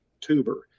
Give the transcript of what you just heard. tuber